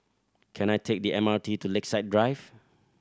can I take the M R T to Lakeside Drive